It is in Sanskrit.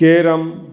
कैरम्